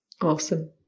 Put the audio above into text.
awesome